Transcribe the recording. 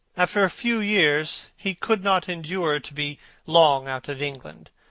after a few years he could not endure to be long out of england,